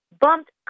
bumped